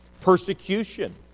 persecution